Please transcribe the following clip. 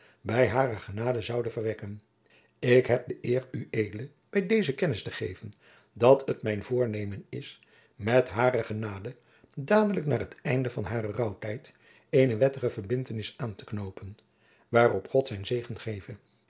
bij hare genade zoude verwekken ik heb de eer ued bij dezen kennis te geven dat het mijn voornemen is met hare genade dadelijk na het einde van haren rouwtijd eene wettige verbindtenis aan te knoopen waarop god zijn zegen geve